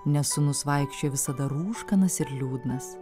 nes sūnus vaikščiojo visada rūškanas ir liūdnas